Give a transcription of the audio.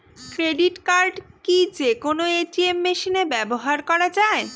Credit card কি যে কোনো এ.টি.এম মেশিনে ব্যবহার করা য়ায়?